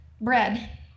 Bread